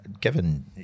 given